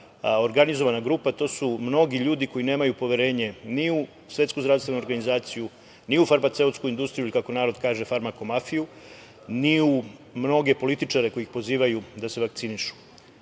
organizovana grupa, to su mnogi ljudi koji nemaju poverenje ni u Svetsku zdravstvenu organizaciju, ni u farmaceutsku industriju ili kako narod kaže – farmako mafiju, ni u mnoge političare koji pozivaju da se vakcinišu. Da